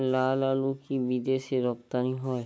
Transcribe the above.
লালআলু কি বিদেশে রপ্তানি হয়?